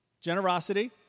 Generosity